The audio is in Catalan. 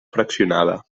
fraccionada